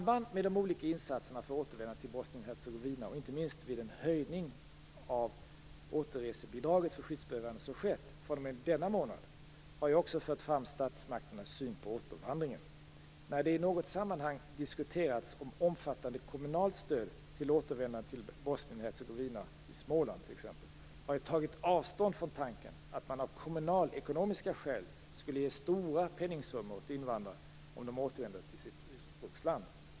Bosnien-Hercegovina och inte minst vid den höjning av återresebidraget för skyddsbehövande som skett fr.o.m. denna månad, har jag också fört fram statsmakternas syn på återvandringen. När det i något sammanhang diskuterats om omfattande kommunalt stöd till återvändande till Bosnien-Hercegovina - t.ex. i Småland - har jag tagit avstånd från tanken att man av kommunalekonomiska skäl skulle ge stora penningsummor åt invandrare om de återvänder till sitt ursprungsland.